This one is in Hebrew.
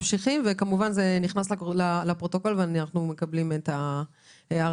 שלך נכנסה לפרוטוקול ואנחנו מקבלים אותה.